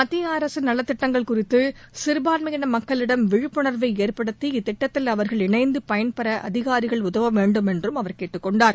மத்திய அரசின் நலத்திட்டங்கள் குறித்து சிறுபான்மையின மக்களிடம் விழிப்புணா்வை ஏற்படுத்தி இத்திட்டத்தில் அவர்கள் இணைந்து பயன்பெற அதிகாரிகள் உதவ வேண்டும் என்று கேட்டுக்கொண்டார்